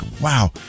wow